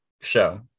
show